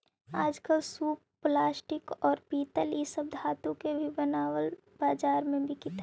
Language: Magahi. आजकल सूप प्लास्टिक, औउर पीतल इ सब धातु के भी बनल बाजार में बिकित हई